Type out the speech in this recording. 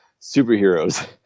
superheroes